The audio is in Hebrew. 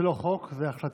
זה לא חוק, זה צו.